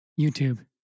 YouTube